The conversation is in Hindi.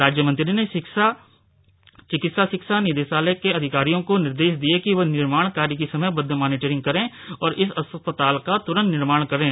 राज्यमंत्री ने चिकित्सा शिक्षा निदेशालय के अधिकारियों को निर्देश दिए कि वह निर्माण कार्य की समयबद्व मॉनिटरिंग करें और इस अस्पताल का तुरंत निर्माण करें